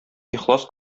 ихлас